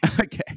Okay